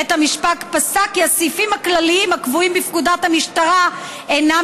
בית המשפט פסק כי הסעיפים הכלליים הקבועים בפקודת המשטרה אינם